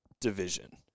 division